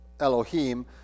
Elohim